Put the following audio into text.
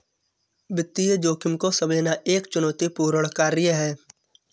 वित्तीय जोखिम को समझना एक चुनौतीपूर्ण कार्य है